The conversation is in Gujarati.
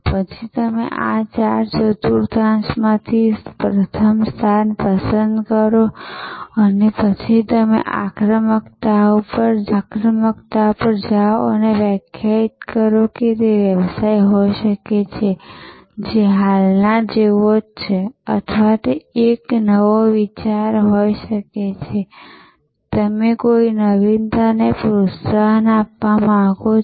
તેથી તમે આ ચાર ચતુર્થાંશમાંથી પ્રથમ સ્થાન પસંદ કરો અને પછી તમે આ આક્રમકતા પર જાઓ અને વ્યાખ્યાયિત કરો કે તે એક વ્યવસાય હોઈ શકે છે જે હાલના વ્યવસાય જેવો જ છે અથવા તે એક નવો વિચાર હોઈ શકે છે જેને તમે કોઈ નવીનતાને પ્રોત્સાહન આપવા માંગો છો